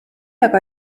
aga